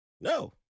No